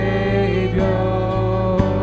Savior